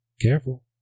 Careful